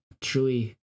truly